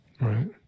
Right